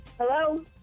Hello